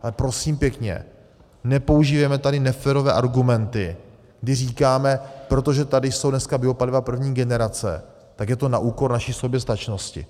Ale prosím pěkně, nepoužívejme tady neférové argumenty, kdy říkáme, protože tady jsou dneska biopaliva první generace, tak je to na úkor naší soběstačnosti.